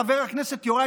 חבר הכנסת יוראי,